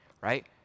right